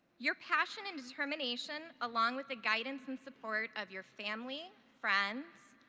your passion and determination along with the guidance and support of your family, friends,